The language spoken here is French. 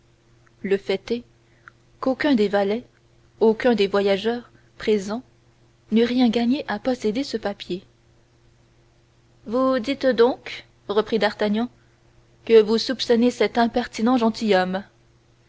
le fait est qu'aucun des valets aucun des voyageurs présents n'eût rien gagné à posséder ce papier vous dites donc reprit d'artagnan que vous soupçonnez cet impertinent gentilhomme